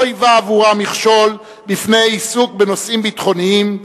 לא היווה עבורה מכשול בפני עיסוק בנושאים ביטחוניים,